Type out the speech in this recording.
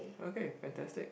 okay fantastic